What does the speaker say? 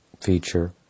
feature